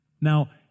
Now